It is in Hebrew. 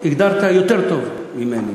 הגדרת יותר טוב ממני.